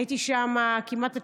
הייתי שם כמעט עד